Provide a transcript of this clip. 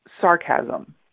sarcasm